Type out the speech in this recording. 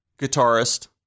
guitarist